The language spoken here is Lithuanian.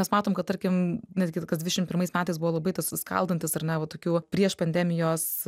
mes matom kad tarkim netgi kas dvidešimt pirmais metais buvo labai tas skaldantis ar ne tokiu prieš pandemijos